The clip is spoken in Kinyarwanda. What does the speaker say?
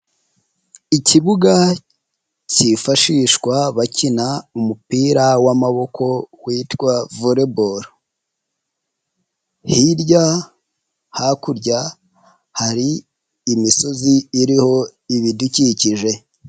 Ikibuga kifashishwa bakina umupira w'amaboko witwa volebolo hirya, hakurya hari imisozi iriho ibidukikije.